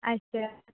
ᱟᱪᱪᱷᱟ